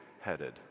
headed